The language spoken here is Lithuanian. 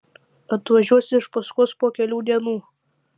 atvažiuos iš paskos po kelių dienų